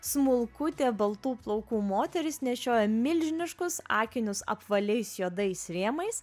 smulkutė baltų plaukų moteris nešiojo milžiniškus akinius apvaliais juodais rėmais